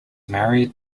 married